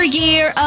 year